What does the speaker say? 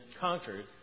conquered